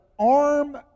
arm